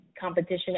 competition